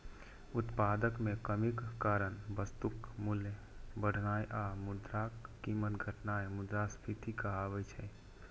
उत्पादन मे कमीक कारण वस्तुक मूल्य बढ़नाय आ मुद्राक कीमत घटनाय मुद्रास्फीति कहाबै छै